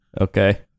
Okay